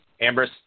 Ambrose